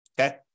Okay